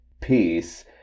peace